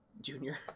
Junior